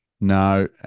no